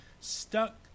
stuck